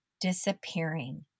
disappearing